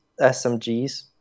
smgs